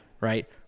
Right